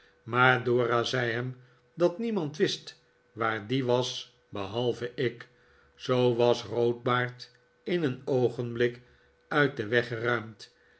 maar dora zei hem dat niemand wist waar die was behalve ik zoo was roodbaard in een oogenblik uit den weg geruimd